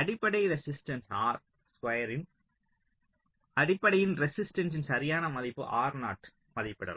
அடிப்படை resistance R ஸ்குயரின் அடிப்படையில் ரெசிஸ்டன்ஸின் சரியான மதிப்பு மதிப்பிடலாம்